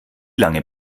lange